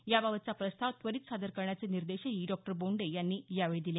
याबाबतचा प्रस्ताव त्वरित सादर करण्याचे निर्देशही डॉ बोंडे यांनी यावेळी दिले